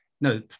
no